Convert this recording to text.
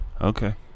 Okay